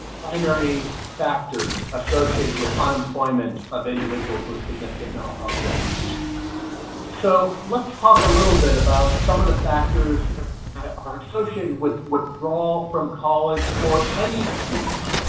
primary factors associated with unemployment of individuals with significant mental health issues so let's talk a little bit about some of the factors are associated with withdrawal from college for any student?